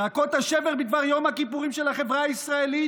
זעקות השבר בדבר יום הכיפורים של החברה הישראלית